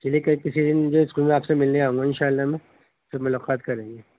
چلیے کہ کسی دن جو اسکول میں آپ سے ملنے آؤں گا ان شاء اللہ میں پھر ملاقات کریں گے